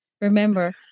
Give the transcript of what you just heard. remember